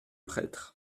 prêtre